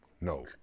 No